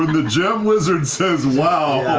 when the gem wizard says wow,